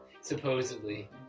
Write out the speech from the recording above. Supposedly